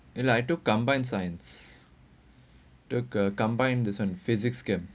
and lah I took combined science took uh combined this [one] physics chemistry